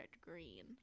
Green